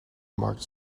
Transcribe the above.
marked